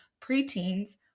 preteens